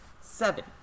seven